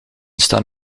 staan